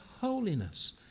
holiness